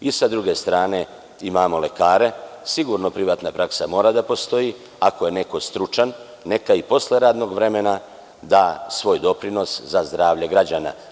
I sa druge strane imamo lekare, sigurno privatna praksa mora da postoji, ako je neko stručan, neka i posle radnog vremena da svoj doprinos za zdravlje građana.